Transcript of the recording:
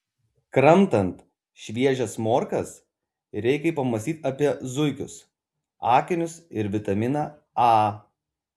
kramtant šviežias morkas reikai pamąstyti apie zuikius akinius ir vitaminą a